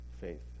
faith